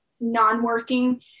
non-working